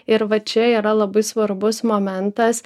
ir va čia yra labai svarbus momentas